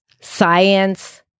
science